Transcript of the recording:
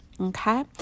Okay